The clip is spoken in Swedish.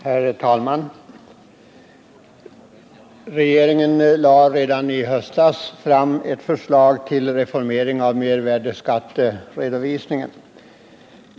Herr talman! Regeringen lade redan i höstas fram ett förslag till reformering av mervärdeskatteredovisningen.